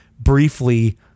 briefly